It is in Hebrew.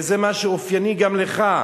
וזה מה שאופייני גם לך,